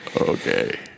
okay